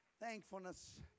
Thankfulness